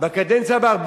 בקדנציה הבאה.